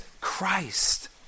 Christ